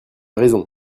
raison